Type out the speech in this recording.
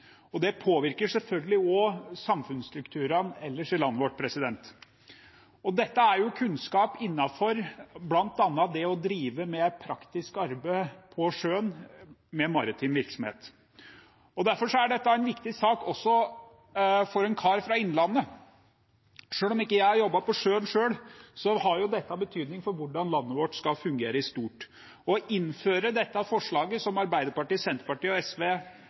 Det påvirker selvfølgelig også samfunnsstrukturene ellers i landet vårt. Dette er kunnskap innenfor bl.a. det å drive med praktisk arbeid på sjøen med maritim virksomhet. Derfor er dette en viktig sak også for en kar fra Innlandet. Selv om jeg ikke har jobbet på sjøen selv, har jo dette betydning for hvordan landet vårt skal fungere i stort. Å innføre det forslaget som Arbeiderpartiet, Senterpartiet og SV fremmer i dag, ville vært et stort framskritt for landet vårt. Det er